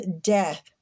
death